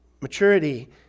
Maturity